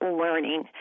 learning